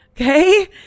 Okay